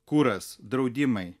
kuras draudimai